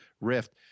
Rift